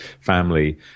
family